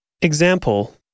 Example